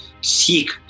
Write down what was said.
seek